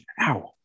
Ow